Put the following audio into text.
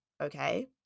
okay